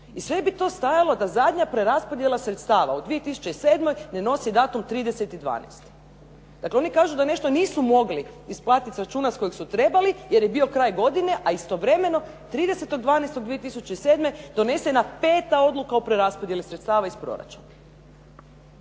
I sve bi to stajalo da zadnja preraspodjela sredstava u 2007. ne nosi datum 30.12. Dakle, oni kažu da nešto nisu mogli isplatiti s računa s kojeg su trebali jer je bio kraj godine, a istovremeno 30.12.2007. donesena 5. odluka o preraspodjeli sredstava iz proračuna.